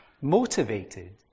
motivated